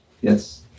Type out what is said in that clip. Yes